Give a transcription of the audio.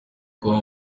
kuba